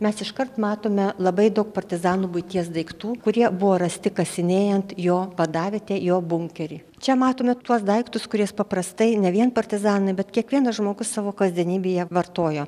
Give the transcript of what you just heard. mes iškart matome labai daug partizanų buities daiktų kurie buvo rasti kasinėjant jo vadavietę jo bunkerį čia matome tuos daiktus kuriais paprastai ne vien partizanai bet kiekvienas žmogus savo kasdienybėje vartojo